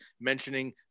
mentioning